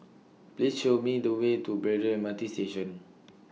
Please Show Me The Way to Braddell M R T Station